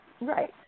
Right